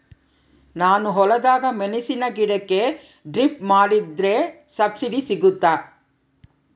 ನಾನು ಹೊಲದಾಗ ಮೆಣಸಿನ ಗಿಡಕ್ಕೆ ಡ್ರಿಪ್ ಮಾಡಿದ್ರೆ ಸಬ್ಸಿಡಿ ಸಿಗುತ್ತಾ?